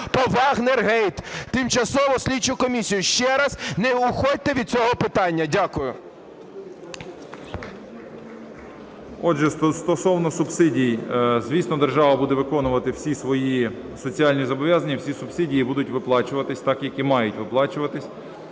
по "вагнергейт", тимчасову слідчу комісію. Ще раз, не уходьте від цього питання. Дякую. 11:16:11 ШМИГАЛЬ Д.А. Отже, стосовно субсидій. Звісно, держава буде виконувати всі свої соціальні зобов'язання, всі субсидії будуть виплачуватись, так як і мають виплачуватися.